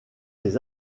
des